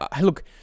Look